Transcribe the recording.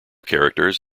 characters